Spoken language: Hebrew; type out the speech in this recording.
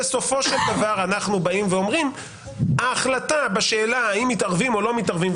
בסופו של דבר אנחנו אומרים שההחלטה בשאלה האם מתערבים או לא מתערבים,